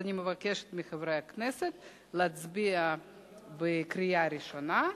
אז אני מבקשת מחברי הכנסת להצביע בקריאה ראשונה.